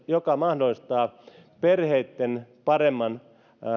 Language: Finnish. joka mahdollistaa perheitten paremman